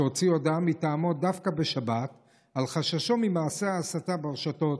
שהוציא הודעה מטעמו דווקא בשבת על חששו ממעשי ההסתה ברשתות.